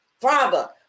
Father